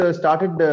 started